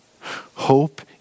Hope